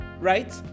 right